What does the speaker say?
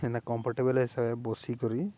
ଏନ୍ତା କମ୍ଫର୍ଟେବୁଲ ହିସାବେ ବସିକରି